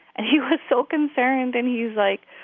and he was so concerned. and he was like,